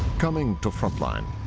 coming to frontline,